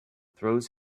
throws